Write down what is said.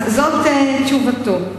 זאת תשובתו.